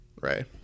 Right